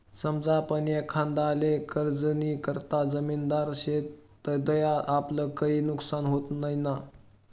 समजा आपण एखांदाले कर्जनीकरता जामिनदार शेतस तधय आपलं काई नुकसान व्हत नैना?